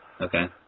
Okay